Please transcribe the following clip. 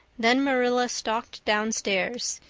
then marilla stalked downstairs,